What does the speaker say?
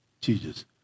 Jesus